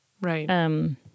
Right